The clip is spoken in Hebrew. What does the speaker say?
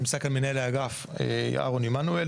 נמצא כאן מנהל האגף אהרון עמנואל,